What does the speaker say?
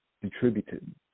contributed